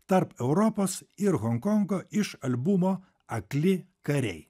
tarp europos ir honkongo iš albumo akli kariai